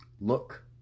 Look